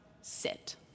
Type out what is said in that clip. sit